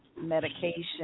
medication